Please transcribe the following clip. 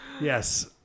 yes